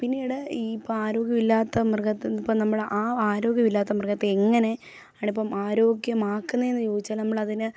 പിന്നീട് ഈ ഇപ്പാരോഗ്യമില്ലാത്ത മൃഗത്തെ ഇപ്പം നമ്മള് ആ ആരോഗ്യവില്ലാത്ത മൃഗത്തെ എങ്ങനെ ആണിപ്പം ആരോഗ്യമാക്കുക എന്ന് ചോദിച്ചാൽ നമ്മളതിന്